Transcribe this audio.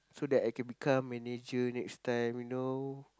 so that I can become manager next time you know